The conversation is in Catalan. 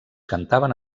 cantaven